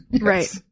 Right